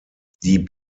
die